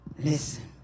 Listen